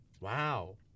Wow